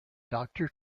doctor